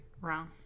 Wrong